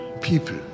people